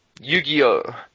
Yu-Gi-Oh